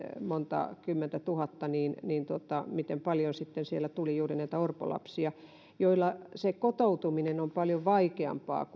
monta kymmentä tuhatta eli on huomioitava miten paljon siellä sitten tuli juuri näitä orpolapsia joilla se kotoutuminen on paljon vaikeampaa